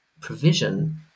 provision